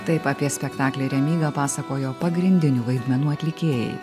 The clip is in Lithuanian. taip apie spektaklį remyga pasakojo pagrindinių vaidmenų atlikėjai